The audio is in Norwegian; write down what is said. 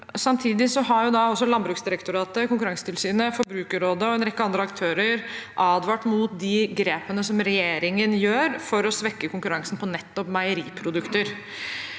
Samtidig har Landbruksdirektoratet, Konkurransetilsynet, Forbrukerrådet og en rekke andre aktører advart mot de grepene som regjeringen gjør for å svekke konkurransen på nettopp meieriprodukter.